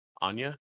Anya